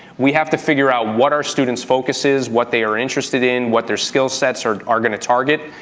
we have to figure out what our students focus is, what they are interested in, what their skill sets are are gonna target,